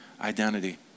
identity